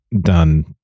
done